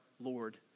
Lord